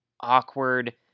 awkward